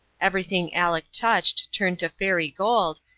everything aleck touched turned to fairy gold,